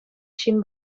ҫын